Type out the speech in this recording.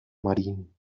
marín